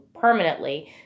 permanently